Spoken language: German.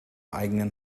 eigenen